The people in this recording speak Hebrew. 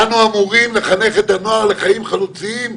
אנו אמורים לחנך את הנוער לחיים חלוציים,